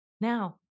now